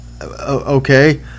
okay